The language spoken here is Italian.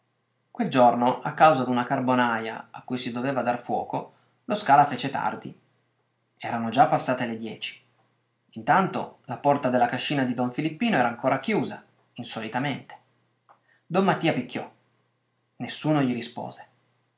quel giorno a causa d'una carbonaja a cui si doveva dar fuoco lo scala fece tardi erano già passate le dieci intanto la porta della cascina di don filippino era ancora chiusa insolitamente don mattia picchiò nessuno gli rispose